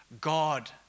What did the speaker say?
God